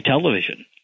television